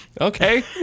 okay